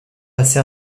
passé